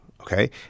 Okay